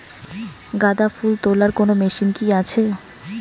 গাঁদাফুল তোলার কোন মেশিন কি আছে?